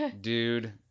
dude